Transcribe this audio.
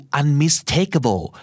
unmistakable